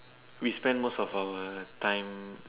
we spend most of our time